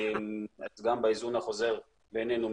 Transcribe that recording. גם בהיזון החוזר בינינו,